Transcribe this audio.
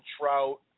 Trout